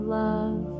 love